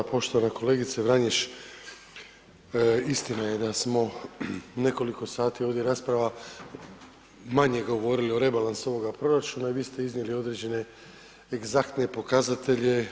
Poštovana kolegice Vranješ, istina je da smo nekoliko sati ovdje rasprava manje govorili o rebalansu ovoga proračuna i vi ste iznijeli određene egzaktne pokazatelje.